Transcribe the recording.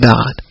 God